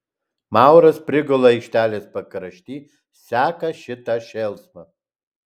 mauras prigula aikštelės pakrašty seka šitą šėlsmą